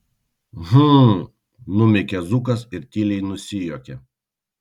hm numykia zukas ir tyliai nusijuokia